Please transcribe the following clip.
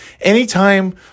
anytime